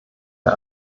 der